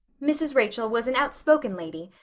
mrs. rachel was an outspoken lady,